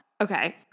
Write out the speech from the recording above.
Okay